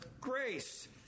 grace